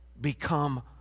become